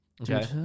Okay